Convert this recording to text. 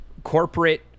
corporate